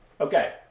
Okay